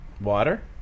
Water